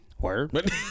Word